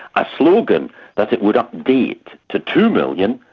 a slogan that it would update to two million,